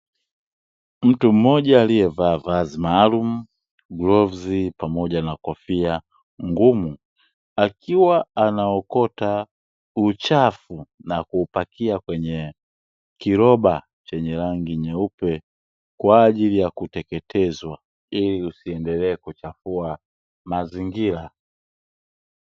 Mtu mmoja aliyevaa vazi maalumu, glavu pamoja na kofia ngumu, akiwa anaokota uchafu na kuupakia kwenye kiroba chenye rangi nyeupe, kwa ajili ya kuteketezwa ili usiendelee kuchafua mazingira.